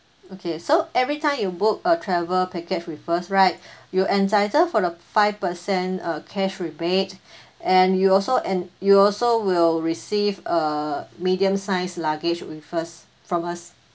okay so every time you book a travel package with us right you entitled for a five percent uh cash rebate and you also and you also will receive a medium size luggage with us from us